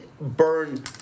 burn